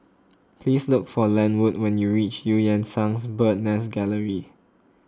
please look for Lenwood when you reach Eu Yan Sang Bird's Nest Gallery